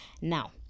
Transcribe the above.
Now